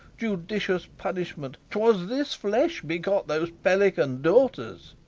judicious punishment! twas this flesh begot those pelican daughters.